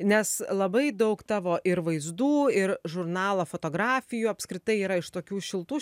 nes labai daug tavo ir vaizdų ir žurnalo fotografijų apskritai yra iš tokių šiltų